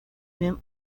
même